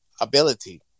ability